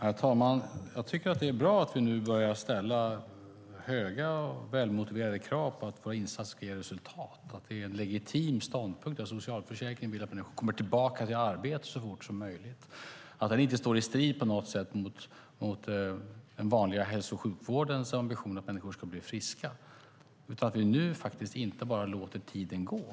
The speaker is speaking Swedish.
Herr talman! Jag tycker att det är bra att vi nu börjar ställa höga, välmotiverade krav på att våra insatser ska ge resultat, att det är en legitim ståndpunkt att socialförsäkringen vill att människor kommer tillbaka i arbete så fort som möjligt - det står inte på något sätt i strid med den vanliga hälso och sjukvårdens ambitioner att människor ska bli friska - och att vi nu faktiskt inte bara låter tiden gå.